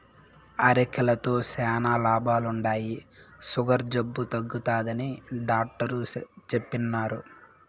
అరికెలతో శానా లాభాలుండాయి, సుగర్ జబ్బు తగ్గుతాదని డాట్టరు చెప్పిన్నారు